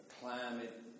climate